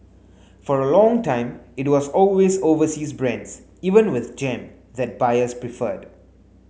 for a long time it was always overseas brands even with jam that buyers preferred